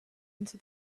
into